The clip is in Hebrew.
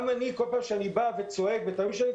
גם לי כל פעם שאני בא וצועק אומרים: